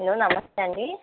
hello namaste అండి